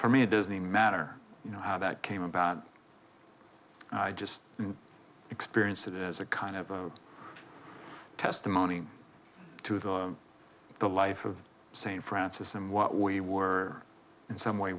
for me a disney matter you know how that came about i just experienced it as a kind of testimony to the the life of st francis and what we were in some way